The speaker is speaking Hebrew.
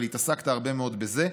אבל התעסקת הרבה מאוד בזה.